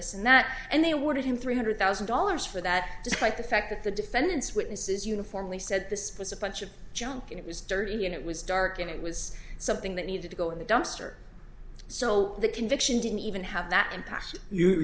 this and that and they wanted him three hundred thousand dollars for that despite the fact that the defense witnesses uniformly said this was a bunch of junk and it was dirty and it was dark and it was something that needed to go in the dumpster so the conviction didn't even have that in past you